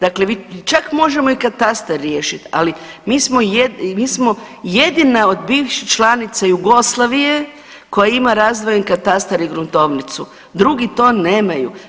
Dakle, čak možemo i katastar riješit, ali mi smo jedina od bivših članica Jugoslavije koja ima razdvojen katastar i gruntovnicu, drugi to nemaju.